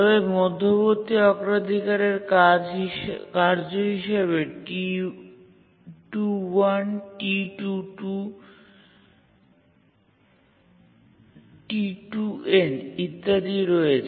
তবে মধ্যবর্তী অগ্রাধিকারের কার্য হিসাবে T2 1 T2 2 T2 n ইত্যাদি রয়েছে